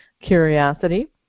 curiosity